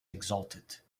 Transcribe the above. exultant